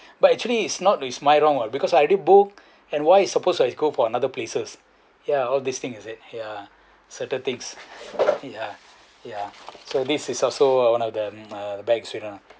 but actually is not is my wrong what because I already book and why is supposed I go for another places ya all this thing is it ya certain things ya ya so this is also one of the mm bad you know